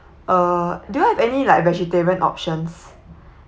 uh do you all have any like vegetarian options